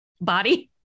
body